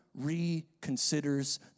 reconsiders